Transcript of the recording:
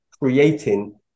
creating